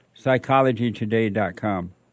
PsychologyToday.com